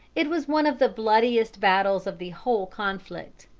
it was one of the bloodiest battles of the whole conflict,